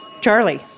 Charlie